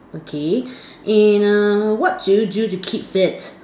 okay and err what do you do to keep fit